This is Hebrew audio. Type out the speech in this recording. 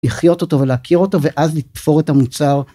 לחיות אותו ולהכיר אותו ואז לתפור את המוצר.